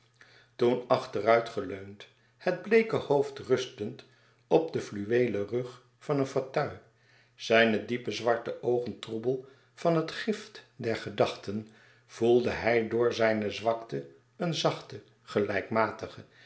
toen achteruit geleund het bleeke hoofd rustend op den fluweelen rug van den fauteuil zijne diepe zwarte oogen troebel van het gift der gedachten voelde hij door zijne zwakte een zachten